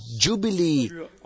jubilee